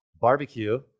barbecue